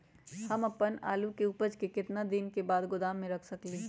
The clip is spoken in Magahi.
हम अपन आलू के ऊपज के केतना दिन बाद गोदाम में रख सकींले?